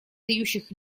дающих